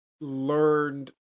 learned